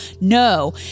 No